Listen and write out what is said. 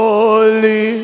Holy